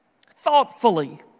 Thoughtfully